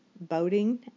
boating